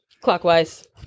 clockwise